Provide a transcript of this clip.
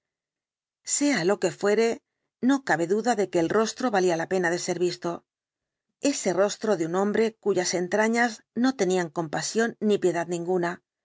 sea lo que fuere no cabe duda de que el rostro valía la pena de ser visto ese rostro de un hombre cuyas entrañas no tenían compasión ni piedad ninguna